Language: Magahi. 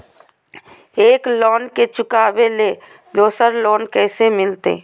एक लोन के चुकाबे ले दोसर लोन कैसे मिलते?